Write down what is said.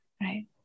right